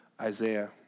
Isaiah